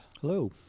Hello